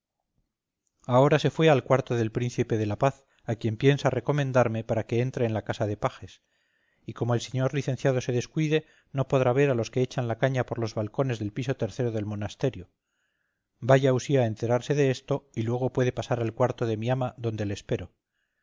ahora se fue al cuarto del príncipe de la paz a quien piensa recomendarme para que entre en la casa de pajes y como el señor licenciado se descuide no podrá ver a los que echan la caña por los balcones del piso tercero del monasterio vaya usía a enterarse de esto y luego puede pasar al cuarto de mi ama donde le espero